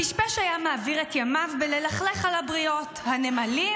הפשפש היה מעביר את ימיו בללכלך על הבריות: הנמלים?